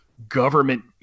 government